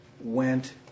went